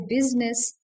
business